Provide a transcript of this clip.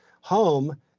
home